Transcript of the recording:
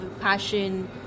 passion